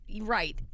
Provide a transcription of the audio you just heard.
right